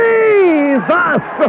Jesus